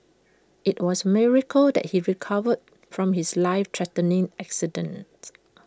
IT was A miracle that he recovered from his life threatening accident